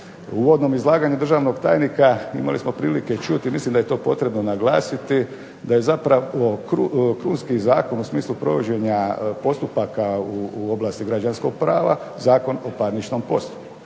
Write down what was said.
uvodnom izlaganju državnog tajnika imali smo priliku čuti i mislim da je to potrebno naglasiti da je zapravo krunski zakon u smislu postupaka oblasti građanskog prava zakon o parničnom postupku.